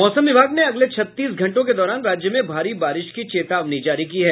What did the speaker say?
मौसम विभाग ने अगले छत्तीस घंटों के दौरान राज्य में भारी बारिश की चेतावनी जारी की है